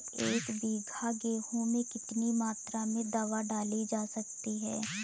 एक बीघा गेहूँ में कितनी मात्रा में दवा डाली जा सकती है?